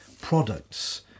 products